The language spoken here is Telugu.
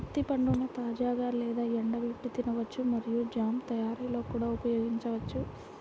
అత్తి పండ్లను తాజాగా లేదా ఎండబెట్టి తినవచ్చు మరియు జామ్ తయారీలో కూడా ఉపయోగించవచ్చు